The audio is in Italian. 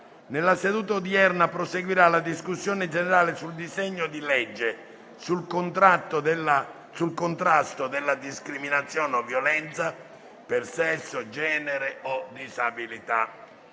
Nella seduta odierna proseguirà la discussione generale sul disegno di legge sul contrasto della discriminazione o violenza per sesso, genere o disabilità.